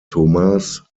tomás